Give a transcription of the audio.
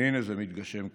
והינה זה מתגשם כאן.